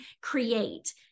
create